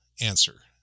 answer